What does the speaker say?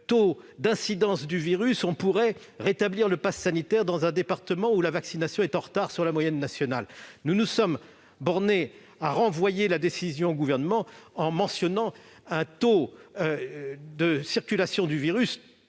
d'incidence du virus on pourrait rétablir le passe sanitaire dans un département où la vaccination serait en retard sur la moyenne nationale. Nous nous sommes bornés à renvoyer une telle décision au Gouvernement, en mentionnant un taux de circulation du virus